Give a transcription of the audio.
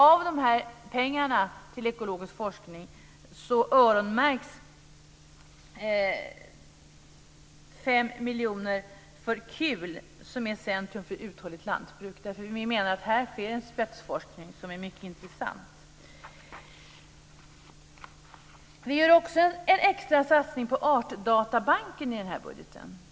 Av pengarna till forskning om ekologiskt lantbruk öronmärks 5 miljoner för CUL, som betyder Centrum för uthålligt lantbruk. Vi menar att här sker spetsforskning som är mycket intressant. Vi gör också en extra satsning på Artdatabanken i budgeten.